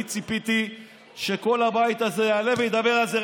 ציפיתי שכל הבית הזה יעלה וידבר על זה,